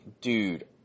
dude